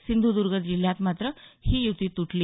सिंधुदुर्ग जिल्ह्यात मात्र ही युती तुटली